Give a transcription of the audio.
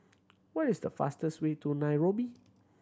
what is the fastest way to Nairobi